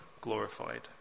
glorified